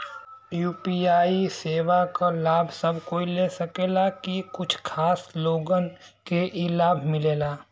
UPI सेवा क लाभ सब कोई ले सकेला की कुछ खास लोगन के ई लाभ मिलेला?